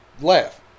laugh